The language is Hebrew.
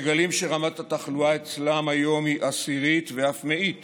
מגלים שרמת התחלואה אצלם היום היא עשירית ואף מאית